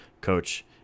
coach